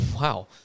wow